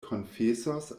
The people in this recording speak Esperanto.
konfesos